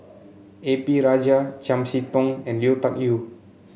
A P Rajah Chiam See Tong and Lui Tuck Yew